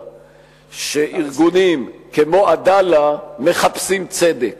שארגונים כמו "עדאלה" מחפשים צדק.